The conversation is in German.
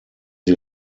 sie